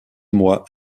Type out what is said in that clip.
mois